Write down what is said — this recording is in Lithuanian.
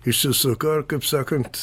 išsisukau ir kaip sakant